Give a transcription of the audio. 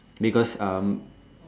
because um